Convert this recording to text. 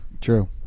True